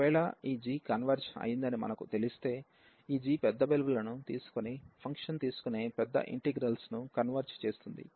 ఒకవేళ ఈ g converge అయ్యిందని ని మనకు తెలిస్తే ఈ g పెద్ద విలువలను తీసుకొని ఫంక్షన్ తీసుకునే పెద్ద ఇంటిగ్రల్స్ ను కన్వెర్జ్ చేస్తుంది